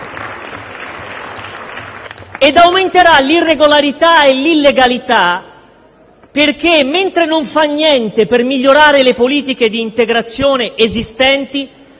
Ed aumenteranno l'irregolarità e l'illegalità perché, mentre non fa niente per migliorare le politiche di integrazione esistenti,